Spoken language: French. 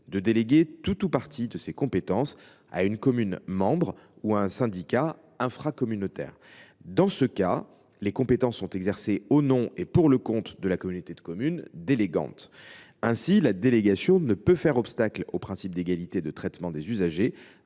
de déléguer tout ou partie de ses compétences à une commune membre ou à un syndicat infracommunautaire. Dans ce cas, les compétences sont exercées au nom et pour le compte de la communauté de communes délégante. Ainsi, la délégation ne peut pas faire obstacle au principe d’égalité de traitement des usagers